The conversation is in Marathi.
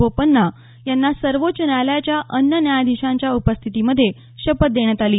बोपन्ना यांना सर्वोच्च न्यायालयाच्या अन्य न्यायधीशांच्या उपस्थितीमध्ये शपथ देण्यात आली